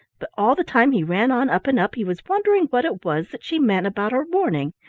but all the time he ran on up and up he was wondering what it was that she meant about her warning.